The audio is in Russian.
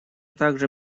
также